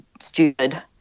stupid